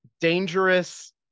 dangerous